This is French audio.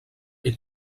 est